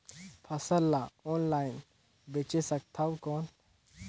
फसल ला ऑनलाइन बेचे सकथव कौन?